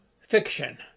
fiction